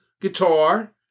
guitar